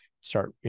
start